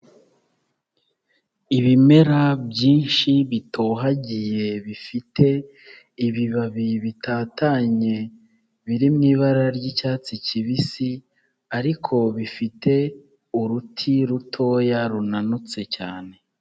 Ibimera byinshi bitohagiye bifite ibibabi bitatanye biri mu ibara ry'icyatsi kibisi ariko bifite uruti rutoya runanutse cyane.